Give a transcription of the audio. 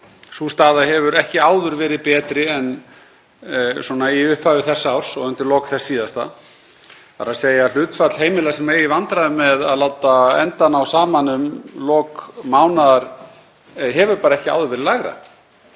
sú staða hefur ekki áður verið betri en í upphafi þessa árs og undir lok þess síðasta, þ.e. hlutfall heimila sem eiga í vandræðum með að láta enda ná saman um lok mánaðar hefur ekki áður verið lægra